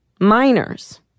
minors